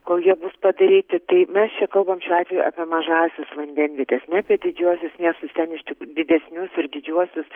kol jie bus padaryti tai mes čia kalbam šiuo atveju apie mažąsias vandenvietes ne apie didžiuosius miestus ten iš didesnius ir didžiuosius